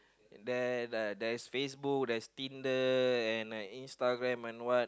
there there there's Facebook there's Tinder and like Instagram and what